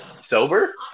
sober